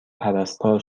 پرستار